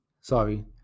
Sorry